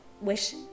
wish